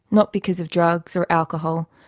not because of drugs or alcohol,